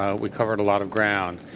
um we covered a lot of ground.